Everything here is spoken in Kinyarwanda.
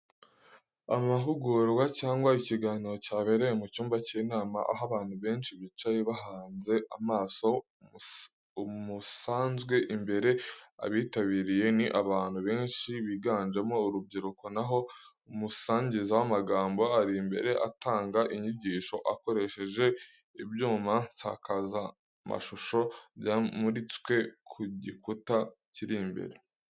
Amahugurwa cyangwa ikiganiro cyabereye mu cyumba cy’inama, aho abantu benshi bicaye bahanze amaso umusanzwe imbere. Abitabiriye ni abantu benshi, biganjemo urubyiruko, na ho umusangiza w'amagambo ari imbere atanga inyigisho, akoresheje ibyuma nsakazamashusho byamuritswe ku gikuta kiri imbere.